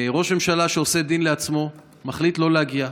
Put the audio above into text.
ראש ממשלה שעושה דין לעצמו, מחליט לא להגיע,